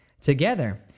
together